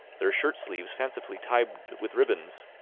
their shirt-sleeves fancifully tied with ribands,